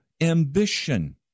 ambition